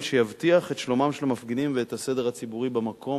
שיבטיח את שלומם של המפגינים ואת הסדר הציבורי במקום,